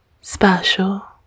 special